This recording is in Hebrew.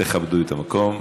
תכבדו את המקום.